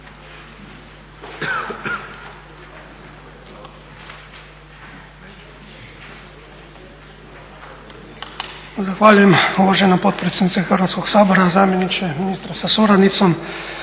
Zahvaljujem uvažena potpredsjednice Hrvatskog sabora, zamjeniče ministra sa suradnicom.